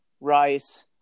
rice